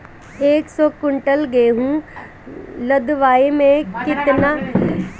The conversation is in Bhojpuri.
एक सौ कुंटल गेहूं लदवाई में केतना खर्चा लागी?